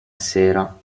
sera